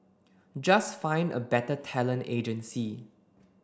just find a better talent agency